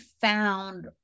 found